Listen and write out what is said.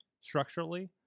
structurally